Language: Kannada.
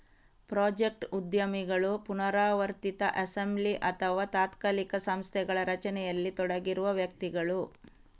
ಪ್ರಾಜೆಕ್ಟ್ ಉದ್ಯಮಿಗಳು ಪುನರಾವರ್ತಿತ ಅಸೆಂಬ್ಲಿ ಅಥವಾ ತಾತ್ಕಾಲಿಕ ಸಂಸ್ಥೆಗಳ ರಚನೆಯಲ್ಲಿ ತೊಡಗಿರುವ ವ್ಯಕ್ತಿಗಳು